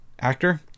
actor